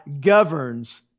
governs